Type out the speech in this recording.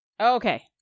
Okay